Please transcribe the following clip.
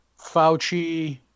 Fauci